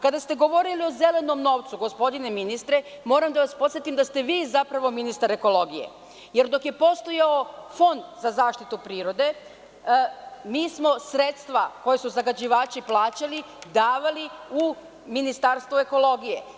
Kada ste govorili o zelenom novcu, gospodine ministre, moram da vas podsetim da ste vi zapravo ministar ekologije, jer dok je postojao Fond za zaštitu prirode, mi smo sredstva koja su zagađivači plaćali davali u Ministarstvo ekologije.